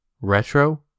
retro